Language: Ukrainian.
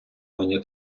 мені